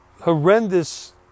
horrendous